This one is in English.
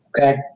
Okay